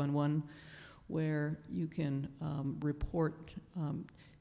one one where you can report